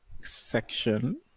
section